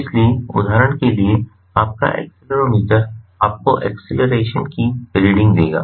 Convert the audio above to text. इसलिए उदाहरण के लिए आपका एक्सेलेरोमीटर आपको एक्सीलेरेशन की रीडिंग देगा